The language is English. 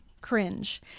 Cringe